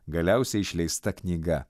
galiausiai išleista knyga